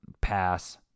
Pass